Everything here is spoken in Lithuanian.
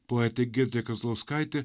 poetė giedrė kazlauskaitė